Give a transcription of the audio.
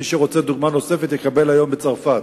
מי שרוצה דוגמה נוספת, יקבל היום בצרפת.